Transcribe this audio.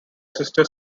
sister